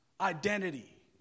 identity